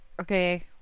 Okay